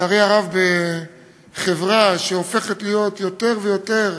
לצערי הרב, בחברה שהופכת להיות יותר ויותר